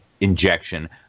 injection